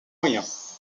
moyens